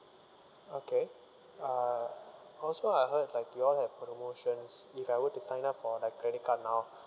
okay uh also I heard like you all have promotions if I were to sign up for like credit card now